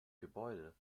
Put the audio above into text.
gebäude